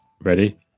Ready